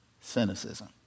cynicism